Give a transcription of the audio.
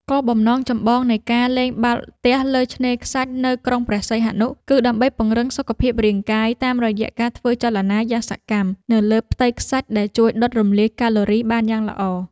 គោលបំណងចម្បងនៃការលេងបាល់ទះលើឆ្នេរខ្សាច់នៅក្រុងព្រះសីហនុ គឺដើម្បីពង្រឹងសុខភាពរាងកាយ តាមរយៈការធ្វើចលនាយ៉ាងសកម្មនៅលើផ្ទៃខ្សាច់ដែលជួយដុតរំលាយកាឡូរីបានយ៉ាងល្អ។